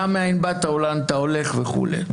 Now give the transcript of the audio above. דע מאין באת ולאן אתה הולך וכו'.